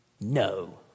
no